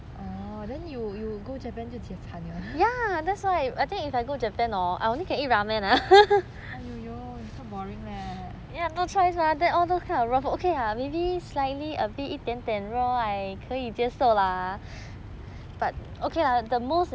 orh then you you go japan 就惨了 !aiyoyo! so boring leh